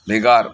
ᱵᱷᱮᱜᱟᱨ